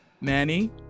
Manny